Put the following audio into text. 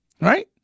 Right